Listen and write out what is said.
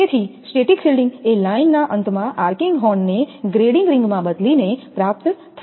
તેથી static shielding એ લાઇનના અંતમાં આર્કિંગ હોર્ન ને ગ્રેડિંગ રીંગ માં બદલીને પ્રાપ્ત થાય છે